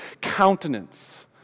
countenance